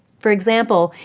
for example,